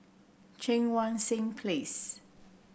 Cheang Wan Seng Place